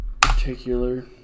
Particular